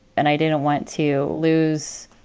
and i didn't want to lose